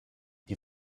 die